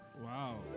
Wow